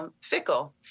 fickle